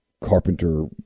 carpenter